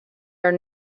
are